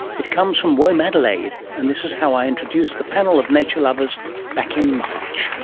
it comes from womadelaide, and this is how i introduced the panel of nature lovers back in march.